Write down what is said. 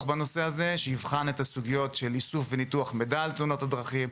בנושא הזה שיבחן את הסוגיות של איסוף וניתוח מידע על תאונות הדרכים,